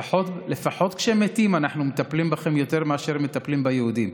לפחות כשמתים אנחנו מטפלים בכם יותר מאשר ביהודים.